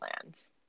plans